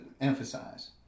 emphasize